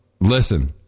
listen